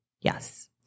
Yes